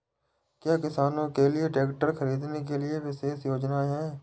क्या किसानों के लिए ट्रैक्टर खरीदने के लिए विशेष योजनाएं हैं?